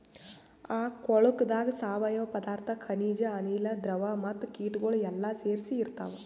ಆ ಕೊಳುಕದಾಗ್ ಸಾವಯವ ಪದಾರ್ಥ, ಖನಿಜ, ಅನಿಲ, ದ್ರವ ಮತ್ತ ಕೀಟಗೊಳ್ ಎಲ್ಲಾ ಸೇರಿಸಿ ಇರ್ತಾವ್